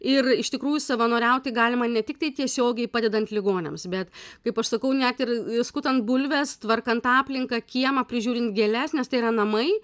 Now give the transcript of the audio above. ir iš tikrųjų savanoriauti galima ne tiktai tiesiogiai padedant ligoniams bet kaip aš sakau net ir skutant bulves tvarkant aplinką kiemą prižiūrint gėles nes tai yra namai